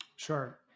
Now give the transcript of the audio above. Sure